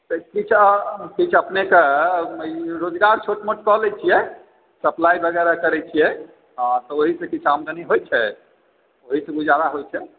किछु अपने कऽ रोजगार क्षेत्र मे कऽ लै छियै सप्लाई वगेरह करै छियै आ ओही सॅं किछु आमदानी होइ छै ओहिसॅं गुजारा होइ छै